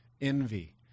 envy